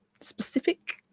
specific